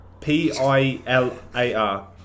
P-I-L-A-R